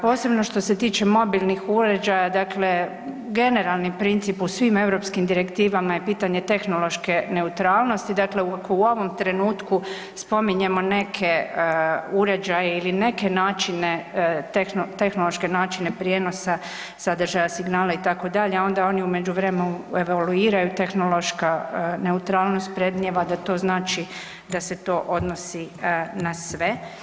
Posebno što se tiče mobilnih uređaja dakle generalni princip u svim europskim direktivama je pitanje tehnološke neutralnosti, dakle ako u ovom trenutku spominjemo neke uređaje ili neke načine tehnološke načine prijenosa sadržaja signala itd. onda oni u međuvremenu evoluiraju tehnološka neutralnost predmnijeva da to znači da se to odnosi na sve.